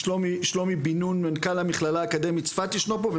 שלומי בן נון מנכ"ל המכללה האקדמית צפת ישנו פה?